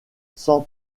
cent